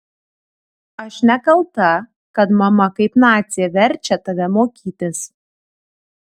aš nekalta kad mama kaip nacė verčia tave mokytis